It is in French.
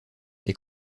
des